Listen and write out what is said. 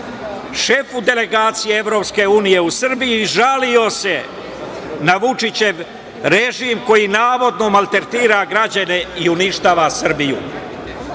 šefu delegacije EU u Srbiji i žalio se na Vučićev režim koji navodno maltretira građane i uništava Srbiju.